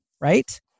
right